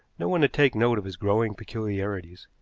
no one to take note of his growing peculiarities.